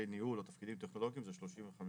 ניהול או על תפקידים טכנולוגיים זה 35%-37%.